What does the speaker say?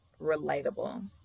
relatable